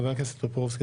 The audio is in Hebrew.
חבר הכנסת טופורובסקי,